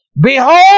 behold